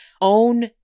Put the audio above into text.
own